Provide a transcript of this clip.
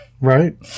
Right